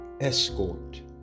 escort